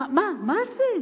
מה זה?